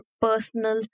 personal